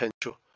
potential